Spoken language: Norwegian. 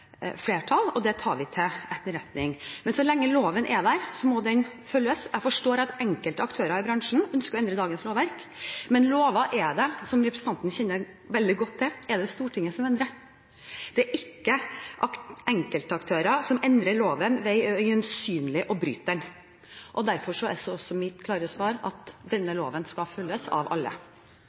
flertall, og det tar vi til etterretning. Men så lenge loven er der, må den følges. Jeg forstår at enkelte aktører i bransjen ønsker å endre dagens lovverk, men lover endres – som representanten Trettebergstuen kjenner veldig godt til – av Stortinget. Det er ikke enkeltaktører som endrer loven ved øyensynlig å bryte den. Derfor er mitt klare svar at denne loven skal følges av alle.